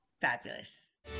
fabulous